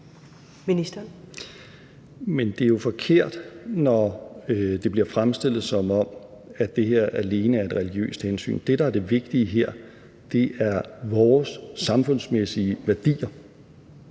Men det er jo forkert, når det bliver fremstillet, som om det her alene er af religiøse hensyn. Det, der er det vigtige her, er vores samfundsmæssige værdier;